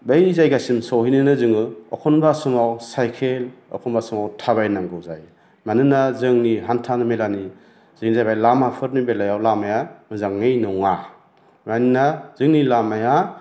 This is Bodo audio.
बै जायगासिम सहैनोनो जोङो एखमबा समाव साइकेल एखमबा समाव थाबायनांगौ जायो मानोना जोंनि हान्था मेलानि जे जाबाय लामाफोरनि बेलायाव लामाया मोजाङै नङा मानोना जोंनि लामाया